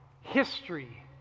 history